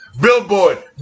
billboard